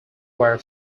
were